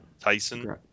Tyson